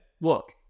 look